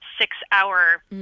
six-hour